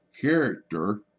character